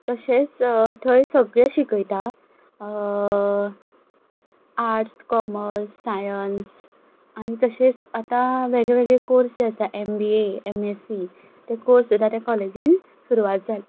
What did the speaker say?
तशेंच थंय सगळें शिकता आर्ट्स कॉमर्स साइंस आनी तशेच आतां वेग वेगळे कोर्स आसा M B A M S C ते कोर्स सुद्दां ते कॉलेजींत सुरवात जाल्या